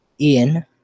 Ian